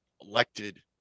elected